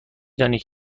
دانید